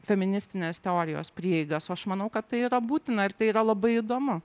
feministinės teorijos prieigas o aš manau kad tai yra būtina ir tai yra labai įdomu